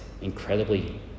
incredibly